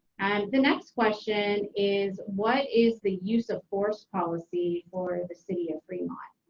and the next question is, what is the use of force policy for the city of fremont?